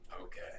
Okay